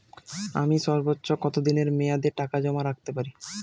আমি সর্বোচ্চ কতদিনের মেয়াদে টাকা জমা রাখতে পারি?